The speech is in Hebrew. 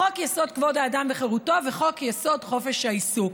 חוק-יסוד: כבוד האדם וחירותו וחוק-יסוד: חופש העיסוק.